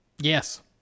Yes